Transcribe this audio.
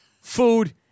food